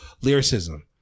lyricism